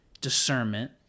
discernment